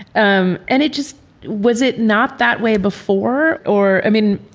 um and it just was it not that way before or i mean,